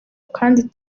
kandi